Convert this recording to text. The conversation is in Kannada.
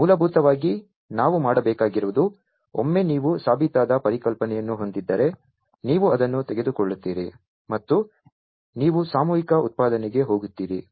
ಮೂಲಭೂತವಾಗಿ ನಾವು ಮಾಡಬೇಕಾಗಿರುವುದು ಒಮ್ಮೆ ನೀವು ಸಾಬೀತಾದ ಪರಿಕಲ್ಪನೆಯನ್ನು ಹೊಂದಿದ್ದರೆ ನೀವು ಅದನ್ನು ತೆಗೆದುಕೊಳ್ಳುತ್ತೀರಿ ಮತ್ತು ನೀವು ಸಾಮೂಹಿಕ ಉತ್ಪಾದನೆಗೆ ಹೋಗುತ್ತೀರಿ